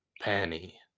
Penny